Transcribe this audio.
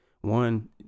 one